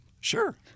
Sure